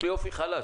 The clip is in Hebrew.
יש לי אופי חלש.